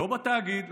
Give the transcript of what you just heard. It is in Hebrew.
לא בתאגיד,